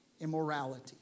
immorality